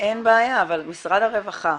משרד הרווחה.